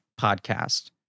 podcast